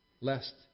lest